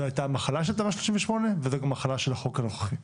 זו הייתה המחלה של תמ"א 38 וזו גם המחלה של החוק הנוכחי.